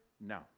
No